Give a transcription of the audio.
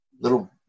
little